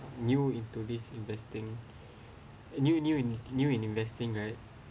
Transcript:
new into this investing new new new in investing right